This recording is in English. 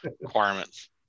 requirements